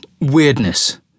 weirdness